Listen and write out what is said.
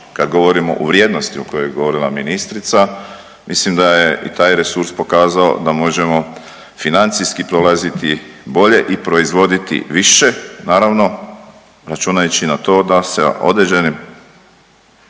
Kad govorimo u vrijednosti o kojoj je govorila ministrica, mislim da je i taj resurs pokazao da možemo financijski prolaziti bolje i proizvoditi više, naravno računajući na to da se određenim